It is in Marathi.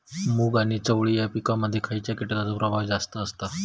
मूग आणि चवळी या पिकांमध्ये खैयच्या कीटकांचो प्रभाव जास्त असता?